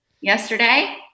yesterday